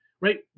right